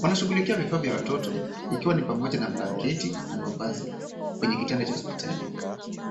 Wanashughulikia vifaa vya watoto ikiwemo ni pamoja na blanketi na mavazi kwenye kitanda cha hospitali.